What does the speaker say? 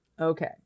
Okay